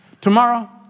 tomorrow